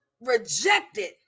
rejected